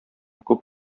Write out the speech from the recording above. күп